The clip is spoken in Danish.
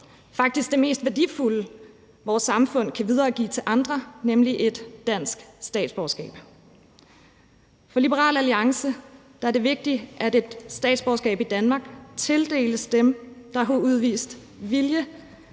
faktisk det mest værdifulde, vores samfund kan videregive til andre, nemlig et dansk statsborgerskab. For Liberal Alliance er det vigtigt, at et statsborgerskab i Danmark tildeles dem, som har udvist vilje